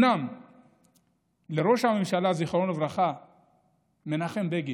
לראש הממשלה מנחם בגין,